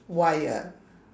why ah